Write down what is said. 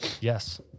Yes